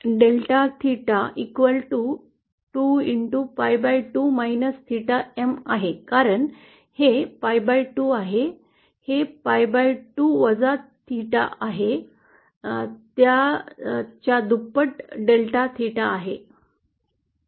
delta theta 2 pi2 theta m आहे कारण हे pi2 आहे हे pi2 वजा थेटा आहे त्या च्या दुप्पट डेल्टा थेटा आहे